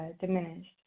diminished